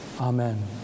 Amen